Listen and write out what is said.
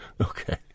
Okay